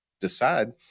decide